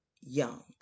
young